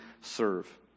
serve